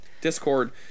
Discord